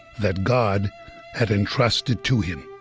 that god had entrusted to him.